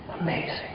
Amazing